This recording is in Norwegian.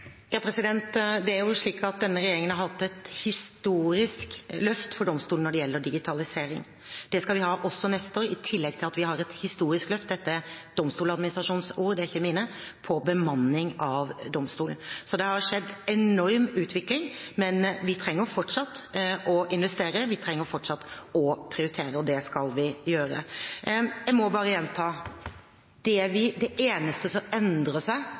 Det er slik at denne regjeringen har hatt et historisk løft for domstolene når det gjelder digitalisering. Det skal vi ha også neste år, i tillegg til at vi har et historisk løft – dette er Domstoladministrasjonens ord, ikke mine – på bemanning av domstolene. Det har skjedd en enorm utvikling, men vi trenger fortsatt å investere. Vi trenger fortsatt å prioritere, og det skal vi gjøre. Jeg må bare gjenta: Det eneste som endrer seg